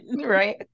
Right